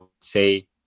say